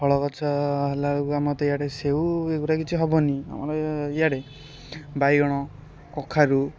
ଫଳଗଛ ହେଲା ବେଳକୁ ଆମର ତ ଇଆଡ଼େ ସେଓ ଏଗୁଡ଼ା କିଛି ହବନି ଆମ ଇଆଡ଼େ ବାଇଗଣ କଖାରୁ